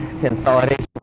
consolidation